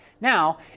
Now